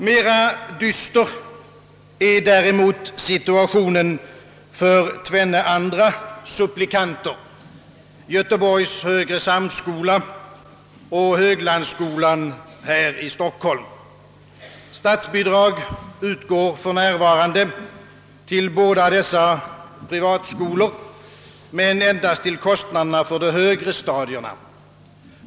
Mera dyster är situationen för tvenne andra supplikanter, Göteborgs högre samskola och Höglandsskolan här i Stockholm. Statsbidrag utgår för när varande till båda dessa privatskolor men endast till kostnaderna för de högre stadierna.